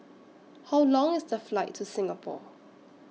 How Long IS The Flight to Singapore